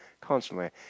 constantly